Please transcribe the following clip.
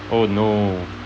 oh no